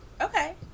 Okay